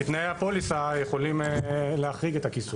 כי תנאי הפוליסה יכולים להחריג את הכיסוי.